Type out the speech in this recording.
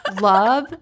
love